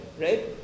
right